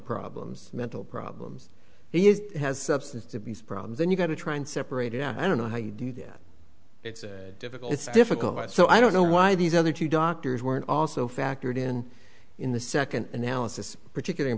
problems mental problems he is has substance abuse problems and you've got to try and separate it out i don't know how you do that it's difficult it's difficult but so i don't know why these other two doctors weren't also factored in in the second analysis particularly